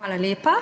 Hvala lepa.